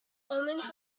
omens